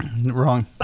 Wrong